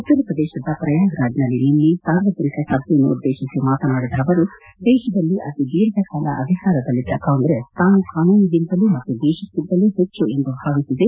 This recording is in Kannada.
ಉತ್ತರ ಪ್ರದೇಶದ ಪ್ರಯಾಗ್ರಾಜ್ನಲ್ಲಿ ನಿನ್ನೆ ಸಾರ್ವಜನಿಕ ಸಭೆಯನ್ನುದ್ದೇಶಿಸಿ ಮಾತನಾಡಿದ ಅವರು ದೇಶದಲ್ಲಿ ಅತಿ ದೀರ್ಘಕಾಲ ಅಧಿಕಾರದಲ್ಲಿದ್ದ ಕಾಂಗೈಸ್ ತಾನು ಕಾನೂನಿಗಿಂತಲೂ ಮತ್ತು ದೇಶಕ್ಕಿಂತಲೂ ಹೆಚ್ಚು ಎಂದು ಭಾವಿಸಿದೆ